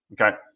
Okay